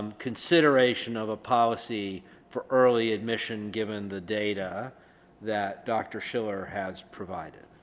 consideration of a policy for early admission given the data that dr. schiller has provided